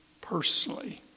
personally